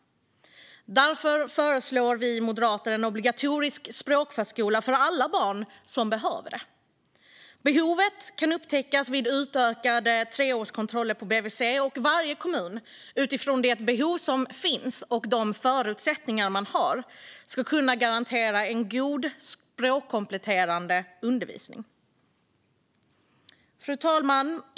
Därför föreslår vi moderater en obligatorisk språkförskola för alla barn som behöver det. Behovet kan upptäckas vid utökade treårskontroller på BVC. Och varje kommun ska, utifrån det behov som finns och de förutsättningar man har, kunna garantera en god språkkompletterande undervisning. Fru talman!